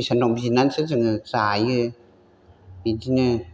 इसोरनाव बिनानैसो जोङो जायो बिदिनो